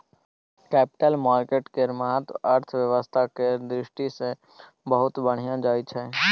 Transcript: capital market केर महत्व अर्थव्यवस्था केर दृष्टि सँ बहुत बढ़ि जाइ छै